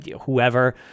whoever